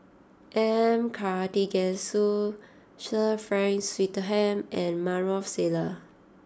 M Karthigesu Sir Frank Swettenham and Maarof Salleh